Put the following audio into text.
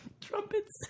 trumpets